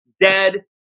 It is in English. dead